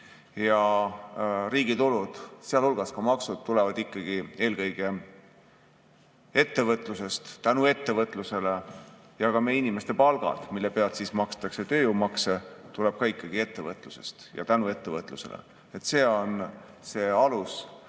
ja riigi tulud, sealhulgas ka maksud, tulevad ikkagi eelkõige ettevõtlusest, tänu ettevõtlusele. Ja ka meie inimeste palgad, mille pealt makstakse tööjõumakse, tulevad ikkagi ettevõtlusest ja tänu ettevõtlusele. See on see alus,